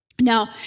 Now